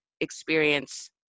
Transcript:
experience